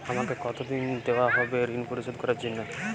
আমাকে কতদিন দেওয়া হবে ৠণ পরিশোধ করার জন্য?